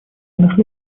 нашли